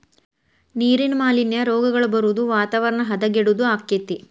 ನೇರಿನ ಮಾಲಿನ್ಯಾ, ರೋಗಗಳ ಬರುದು ವಾತಾವರಣ ಹದಗೆಡುದು ಅಕ್ಕತಿ